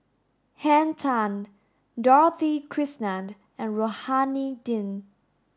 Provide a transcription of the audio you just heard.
Henn Tan Dorothy Krishnan and Rohani Din